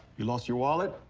you lost your wallet?